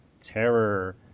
Terror